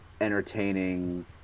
entertaining